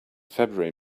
february